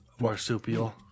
Marsupial